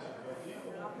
אנחנו מסיימים.